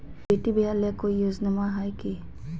बेटी ब्याह ले कोई योजनमा हय की?